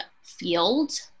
field